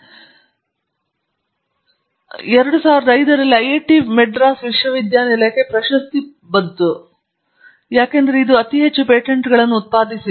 ನಾವು ಐದು ಜನರಾಗಿರುತ್ತಿದ್ದೇವೆ ಮತ್ತು ಇದು ಬಹಳ ಮನೋಹರವಾಗಿದೆ ಏಕೆಂದರೆ 2005 ರಲ್ಲಿ ಐಐಟಿ ಮದ್ರಾಸ್ ವಿಶ್ವವಿದ್ಯಾನಿಲಯಕ್ಕೆ ಪ್ರಶಸ್ತಿಯನ್ನು ಪಡೆದುಕೊಂಡಿತು ಇದು ಅತಿ ಹೆಚ್ಚು ಪೇಟೆಂಟ್ಗಳನ್ನು ಉತ್ಪಾದಿಸಿತು